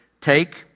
take